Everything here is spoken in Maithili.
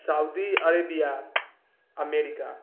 Saudi Arabia America